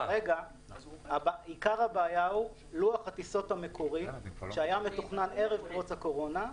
כרגע עיקר הבעיה הוא לוח הטיסות המקורי שהיה מתוכנן ערב פרוץ הקורונה,